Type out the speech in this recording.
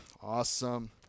Awesome